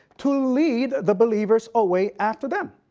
to lead the believers away after them.